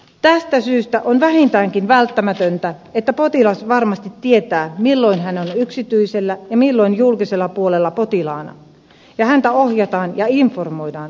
tästä syystä on vähintäänkin välttämätöntä että potilas varmasti tietää milloin hän on yksityisellä ja milloin julkisella puolella potilaana ja häntä ohjataan ja informoidaan riittävästi